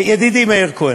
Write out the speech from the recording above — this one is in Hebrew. ידידי מאיר כהן,